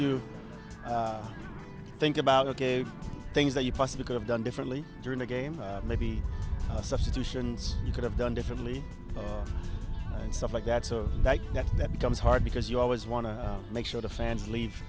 you think about again things that you possibly could have done differently during the game maybe substitutions you could have done differently and stuff like that so that that that becomes hard because you always want to make sure the fans leave